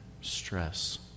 stress